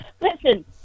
Listen